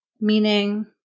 meaning